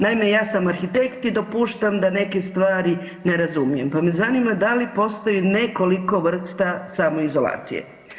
Naime, ja sam arhitekt i dopuštam da neke stvari da ne razumijem, pa me zanima da li postoji nekoliko vrsta samoizolacije.